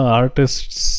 artists